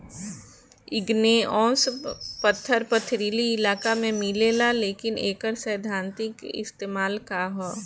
Igneous पत्थर पथरीली इलाका में मिलेला लेकिन एकर सैद्धांतिक इस्तेमाल का ह?